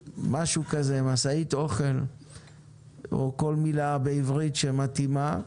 משאית אוכל או כל מילה בעברית שמתאימה.